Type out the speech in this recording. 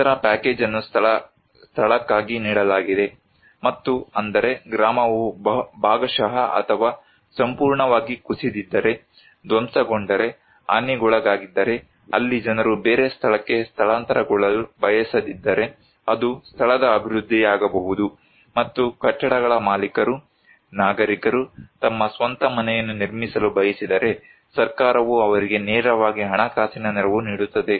ಇತರ ಪ್ಯಾಕೇಜ್ ಅನ್ನು ಸ್ಥಳಕ್ಕಾಗಿ ನೀಡಲಾಗಿದೆ ಮತ್ತು ಅಂದರೆ ಗ್ರಾಮವು ಭಾಗಶಃ ಅಥವಾ ಸಂಪೂರ್ಣವಾಗಿ ಕುಸಿದಿದ್ದರೆ ಧ್ವಂಸಗೊಂಡರೆ ಹಾನಿಗೊಳಗಾಗಿದ್ದರೆ ಅಲ್ಲಿ ಜನರು ಬೇರೆ ಸ್ಥಳಕ್ಕೆ ಸ್ಥಳಾಂತರಗೊಳ್ಳಲು ಬಯಸದಿದ್ದರೆ ಅದು ಸ್ಥಳದ ಅಭಿವೃದ್ಧಿಯಾಗಬಹುದು ಮತ್ತು ಕಟ್ಟಡಗಳ ಮಾಲೀಕರು ನಾಗರಿಕರು ತಮ್ಮ ಸ್ವಂತ ಮನೆಯನ್ನು ನಿರ್ಮಿಸಲು ಬಯಸಿದರೆ ಸರ್ಕಾರವು ಅವರಿಗೆ ನೇರವಾಗಿ ಹಣಕಾಸಿನ ನೆರವು ನೀಡುತ್ತದೆ